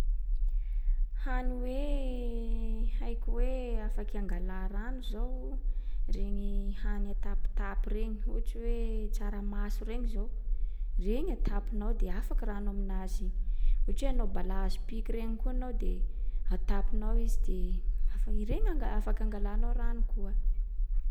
Hany hoe haiko hoe afaky angalà rano zao: regny hany atapitapy regny. Ohatsy hoe tsaramaso regny zao, regny atapinao de afaky rano aminazy iny. Ohatry hoe anao balahazo piky regny koa anao de atapinao izy de afa- ireny anga- afaka angalanao rano koa.